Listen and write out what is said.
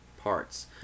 parts